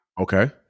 Okay